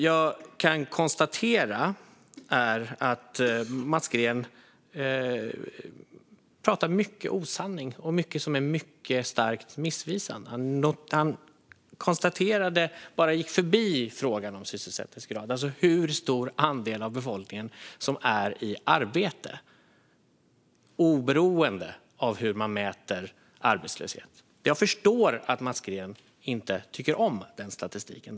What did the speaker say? Jag kan konstatera att Mats Green pratar mycket osanning och säger mycket som är starkt missvisande. Han gick bara förbi frågan om sysselsättningsgrad, alltså hur stor andel av befolkningen som är i arbete, oberoende av hur man mäter arbetslöshet. Jag förstår att Mats Green inte tycker om den statistiken.